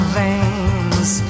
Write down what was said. veins